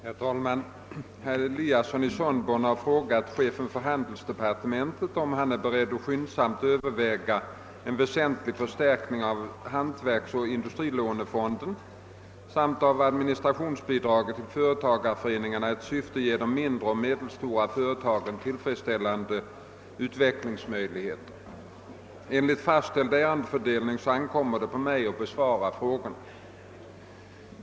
Herr talman! Herr Eliasson i Sundborn har frågat chefen för handelsdepartementet om han är beredd att skyndsamt överväga en väsentlig förstärkning av hantverksoch industrilånefonden samt av administrationsbidragen till företagarföreningarna i syfte att ge de mindre och medelstora företagen tillfredsställande utvecklingsmöjligheter. Enligt fastställd ärendefördelning ankommer det på mig att besvara frågan.